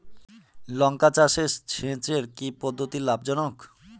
লঙ্কা চাষে সেচের কি পদ্ধতি লাভ জনক?